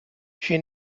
she